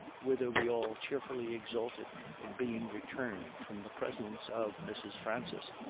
whither we all cheerfully exulted in being returned from the presence of mrs. francis,